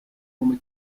come